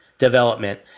development